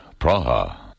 Praha